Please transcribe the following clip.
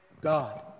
God